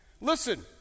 Listen